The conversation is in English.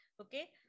Okay